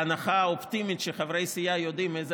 בהנחה האופטימית שחברי הסיעה יודעים איזו